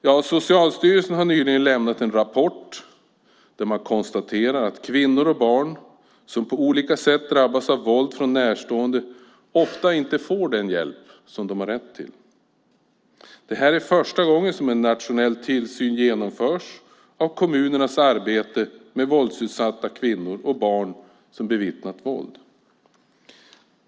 Ja, Socialstyrelsen har nyligen lämnat en rapport där man konstaterar att kvinnor och barn som på olika sätt drabbas av våld från närstående ofta inte får den hjälp de behöver och har rätt till. Det är första gången som en nationell tillsyn genomförts av kommunernas arbete med våldsutsatta kvinnor och barn som bevittnat våld.